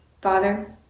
Father